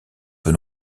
peu